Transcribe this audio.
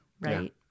right